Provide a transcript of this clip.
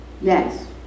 Yes